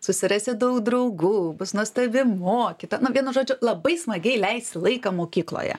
susirasi daug draugų bus nuostabi mokyta nu vienu žodžiu labai smagiai leisti laiką mokykloje